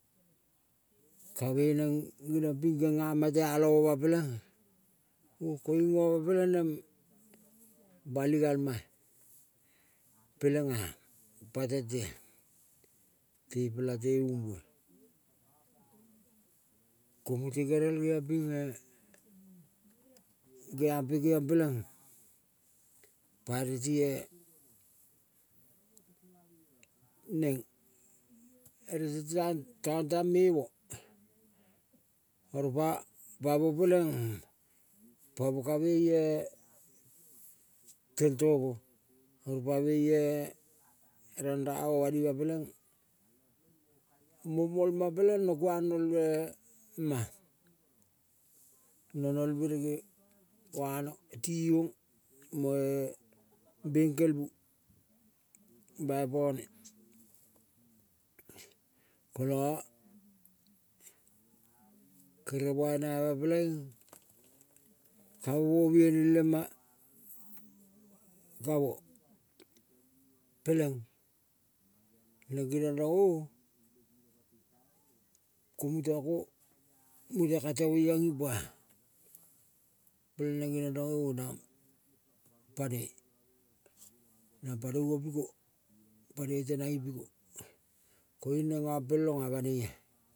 Ka mengeng geniong ping gengama tealong oma peleng koiung oma peleng neng bali galma pelenga pa tentea tepelang te umbo. To mute gere geong pinge geampe geong peleng pa eretie neng, ereti teng tong tang me mo oro pa pamo peleng pamo ka meie tentomo. Oro pa meie ranramo banima peleng mo molma peleng no kuang note ma. No nol berege vano tiong moe beng kel bu baipane kola kere bai nama peleing kamo mo biani lema kamo peleng neng genon rong o-ko muta ko temo iong ipoa. Peteng neng geniong rong-o- nanga panoi, nang panoi opiko panoi tenang ipiko koiung neng ngam pelonga banoia.